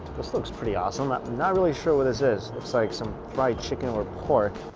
this looks pretty awesome. i'm not really sure what this is. looks like some fried chicken or pork.